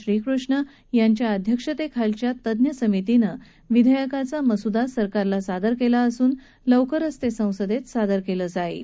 श्रीकृष्ण यांच्या अध्यक्षतेखालील तज्ञ समितीनं या विधेयकाचा मस्दा सरकारला सादर केला असून लवकरच हे विधेयक संसदेत सादर केलं जाईल